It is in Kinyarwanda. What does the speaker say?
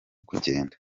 kugenda